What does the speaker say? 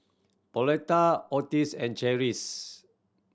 Pauletta Ottis and Cherise